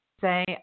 say